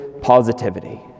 positivity